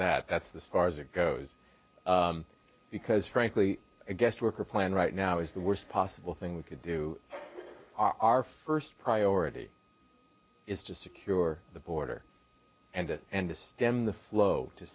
that that's this far as it goes because frankly a guest worker plan right now is the worst possible thing we could do our first priority is to secure the border and and to stem the flow to